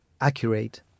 accurate